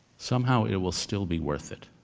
somehow it will still be worth it.